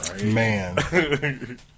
Man